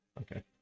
Okay